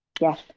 Yes